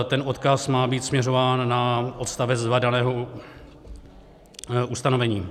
Ten odkaz má být směřován na odst, 2 daného ustanovení.